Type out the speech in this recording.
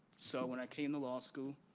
so, when i came to law school,